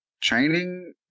training